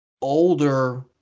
older